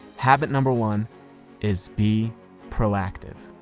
habit number one is be proactive.